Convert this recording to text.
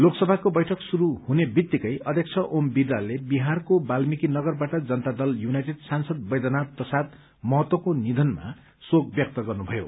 लोकसभाको बैठक शुरू हुने बित्तिकै अध्यक्ष ओम बिड़लाले बिहारको बाल्मीकि नगरबाट जनता दल यूनाइटेड सांसद बैधनाथ प्रसाद महतोको निधनमा शोक व्यक्त गर्नुभयो